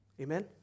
Amen